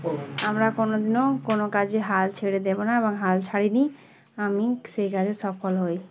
আমরা কোনো দিনও কোনো কাজে হাল ছেড়ে দেবো না এবং হাল ছাড়ি নি আমি সেই কাজে সফল হই